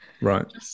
Right